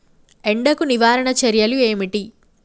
ఎండకు నివారణ చర్యలు ఏమిటి?